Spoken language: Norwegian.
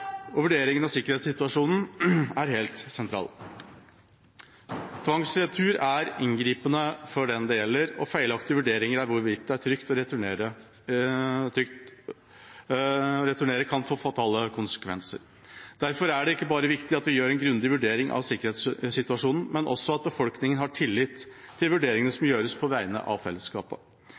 og vurderingen av sikkerhetssituasjonen er helt sentral. Tvangsretur er inngripende for den det gjelder, og feilaktige vurderinger av hvorvidt det er trygt å returnere, kan få fatale konsekvenser. Derfor er det viktig ikke bare at vi gjør en grundig vurdering av sikkerhetssituasjonen, men også at befolkningen har tillit til vurderingene som gjøres på vegne av fellesskapet.